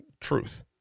truth